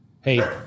Hey